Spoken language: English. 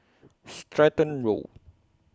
Stratton Road